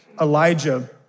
Elijah